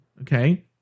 Okay